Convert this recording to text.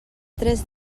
tres